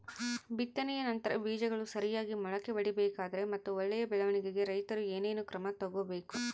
ಬಿತ್ತನೆಯ ನಂತರ ಬೇಜಗಳು ಸರಿಯಾಗಿ ಮೊಳಕೆ ಒಡಿಬೇಕಾದರೆ ಮತ್ತು ಒಳ್ಳೆಯ ಬೆಳವಣಿಗೆಗೆ ರೈತರು ಏನೇನು ಕ್ರಮ ತಗೋಬೇಕು?